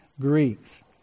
Greeks